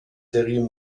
terriers